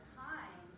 time